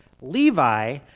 Levi